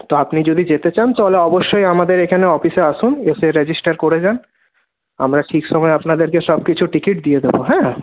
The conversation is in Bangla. তো আপনি যদি যেতে চান তাহলে অবশ্যই আমাদের এখানে অফিসে আসুন এসে রেজিস্টার করে যান আমরা ঠিক সময়ে আপনাদেরকে সবকিছু টিকিট দিয়ে দেব হ্যাঁ